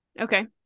Okay